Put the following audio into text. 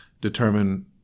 determine